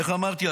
איך אמרתי?